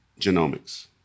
genomics